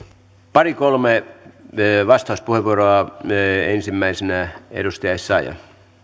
pari kolme vastauspuheenvuoroa ensimmäisenä edustaja essayah arvoisa puhemies